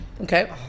Okay